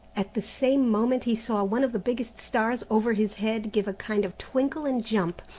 at the same moment he saw one of the biggest stars over his head give a kind of twinkle and jump,